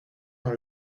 dans